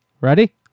Ready